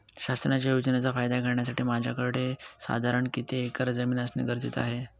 शासनाच्या योजनेचा फायदा घेण्यासाठी माझ्याकडे साधारण किती एकर जमीन असणे गरजेचे आहे?